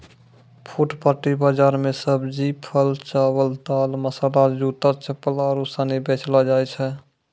फुटपाटी बाजार मे सब्जी, फल, चावल, दाल, मसाला, जूता, चप्पल आरु सनी बेचलो जाय छै